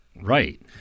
Right